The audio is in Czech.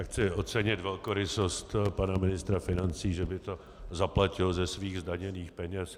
Já chci ocenit velkorysost pana ministra financí, že by to zaplatil ze svých zdaněných peněz.